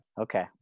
Okay